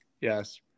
Yes